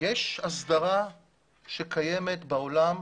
יש הסדרה שקיימת בעולם,